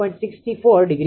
64° છે